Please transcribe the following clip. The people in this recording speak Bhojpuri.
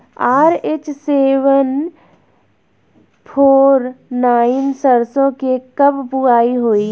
आर.एच सेवेन फोर नाइन सरसो के कब बुआई होई?